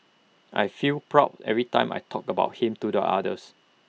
I feel proud every time I talk about him to the others